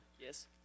Yes